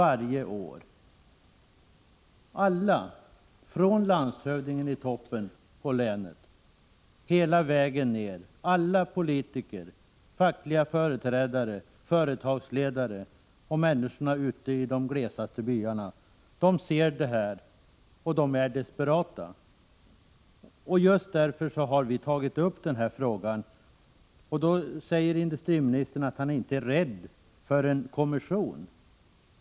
Alla i länet, från landshövdingen i toppen och hela vägen ner — politiker, fackliga företrädare, företagsledare och människorna ute i de glesast befolkade byarna — ser detta och är desperata. Just därför har vi tagit upp frågan. Då säger industriministern att han inte är rädd för en kommission.